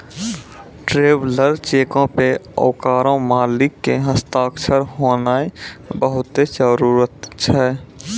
traveller चेको पे ओकरो मालिक के हस्ताक्षर होनाय बहुते जरुरी छै